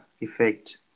effect